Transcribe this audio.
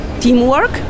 teamwork